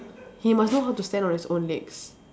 he must know how to stand on his own legs